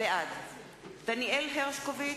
בעד דניאל הרשקוביץ,